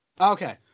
Okay